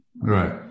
Right